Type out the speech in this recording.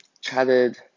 chatted